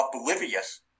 oblivious